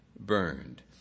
burned